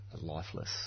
lifeless